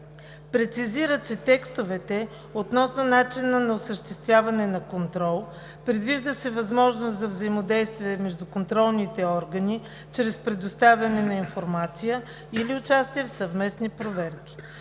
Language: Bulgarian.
Прецизират се текстовете относно начина на осъществяване на контрол, предвижда се възможност за взаимодействие между контролните органи чрез предоставяне на информация или участие в съвместни проверки.